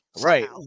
Right